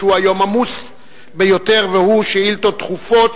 שהוא היום עמוס ביותר: שאילתות דחופות